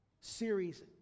series